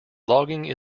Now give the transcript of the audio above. logging